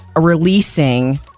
releasing